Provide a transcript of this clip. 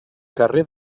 carrer